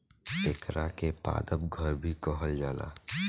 एकरा के पादप घर भी कहल जाला